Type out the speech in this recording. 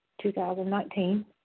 2019